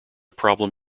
problem